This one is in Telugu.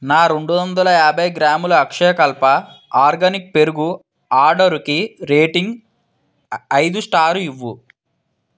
నా రెండువందల యాబై గ్రాముల అక్షయకల్ప ఆర్గానిక్ పెరుగు ఆర్డరుకి రేటింగ్ ఐదు స్టారు ఇవ్వు